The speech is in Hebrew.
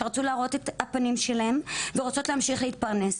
שרצו להראות את הפנים שלהן ורוצות להמשיך להתפרנס,